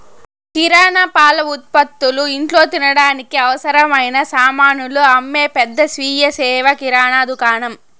కిరణా, పాల ఉత్పతులు, ఇంట్లో తినడానికి అవసరమైన సామానులు అమ్మే పెద్ద స్వీయ సేవ కిరణా దుకాణం